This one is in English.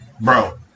bro